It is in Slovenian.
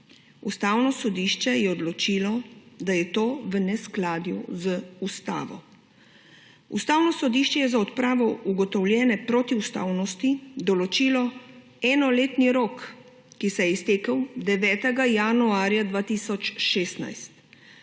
Ustavno sodišče je odločilo, da je to v neskladju z ustavo. Ustavno sodišče je za odpravo ugotovljene protiustavnosti določilo enoletni rok, ki se je iztekel 9. januarja 2016.